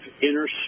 inner